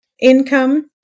income